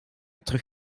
terug